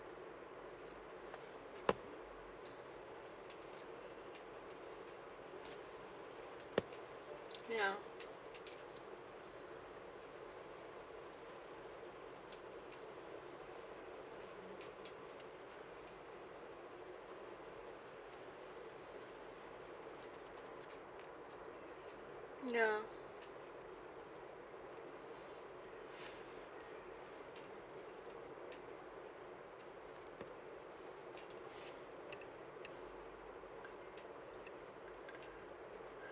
ya ya